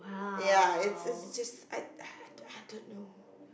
ya it's it's just I I don't know